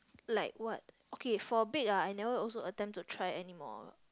like what okay for bake ah I never also attempt to try any more